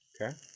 Okay